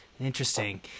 Interesting